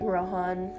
Rohan